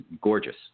gorgeous